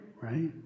Right